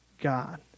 God